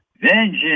Vengeance